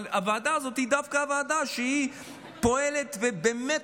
אבל הוועדה הזאת היא דווקא ועדה שפועלת ובאמת